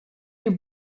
you